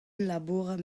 labourat